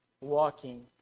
walking